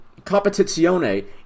Competizione